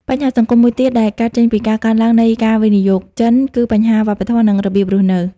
បញ្ហាសង្គមមួយទៀតដែលកើតចេញពីការកើនឡើងនៃការវិនិយោគចិន គឺបញ្ហាវប្បធម៌ និងរបៀបរស់នៅ។